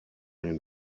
den